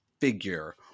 figure